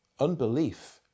Unbelief